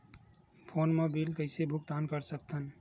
Phone मा bill कइसे भुक्तान साकत हन?